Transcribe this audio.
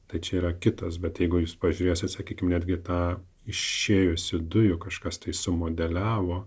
tačiau yra kitas bet jeigu jūs pažiūrėsite sakykime netgi tą išėjusių dujų kažkas tai sumodeliavo